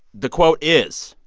the quote is,